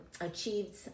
achieved